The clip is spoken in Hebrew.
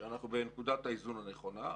שאנחנו בנקודת האיזון הנכונה,